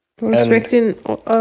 Respecting